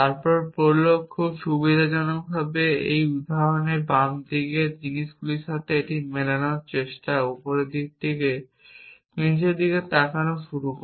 তারপর prolog খুব সুবিধাজনকভাবে এই উদাহরণে বাম দিকের জিনিসগুলির সাথে এটি মেলানোর চেষ্টা করে উপরের থেকে নীচের দিকে তাকানো শুরু করে